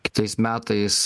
kitais metais